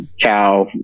cow